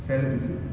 salad is it